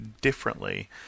differently